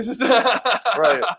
right